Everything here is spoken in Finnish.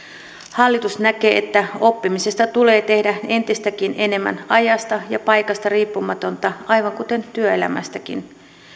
hallitus näkee että oppimisesta tulee tehdä entistäkin enemmän ajasta ja paikasta riippumatonta aivan kuten työelämästäkin